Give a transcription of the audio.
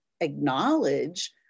acknowledge